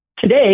Today